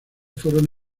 fueron